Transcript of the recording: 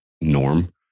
norm